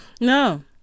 No